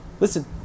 Listen